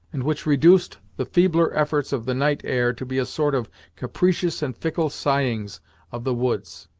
and which reduced the feebler efforts of the night air to be a sort of capricious and fickle sighings of the woods.